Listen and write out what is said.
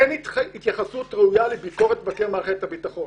אין התייחסות ראויה לביקורת של מערכת הביטחון,